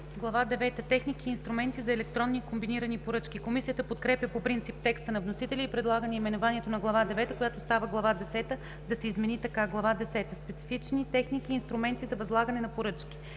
девета – Техники и инструменти за електронни и комбинирани поръчки”. Комисията подкрепя по принцип текста на вносителя и предлага наименованието на Глава девета, която става Глава десета, да се измени така: „Глава десета – Специфични техники и инструменти за възлагане на поръчки”.